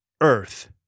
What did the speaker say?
Earth